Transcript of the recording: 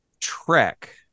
Trek